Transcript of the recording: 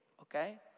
okay